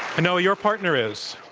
and, noah, your partner is?